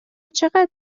چقدر